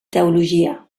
teologia